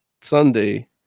Sunday